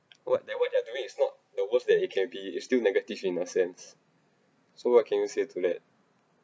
what that what they're doing is not the worst it can be is still negative in a sense so what can you say to that